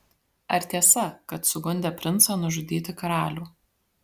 ar tiesa kad sugundė princą nužudyti karalių